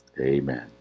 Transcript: Amen